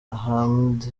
ahmed